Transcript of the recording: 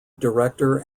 director